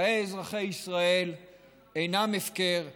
חיי אזרחי ישראל אינם הפקר,